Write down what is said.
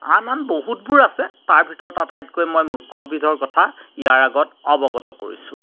আন আন বহুতবোৰ আছে তাৰভিতৰত আটাইতকৈ মই মূখ্যবিধৰ কথা ইয়াৰ আগত মই অৱগত কৰিছোঁ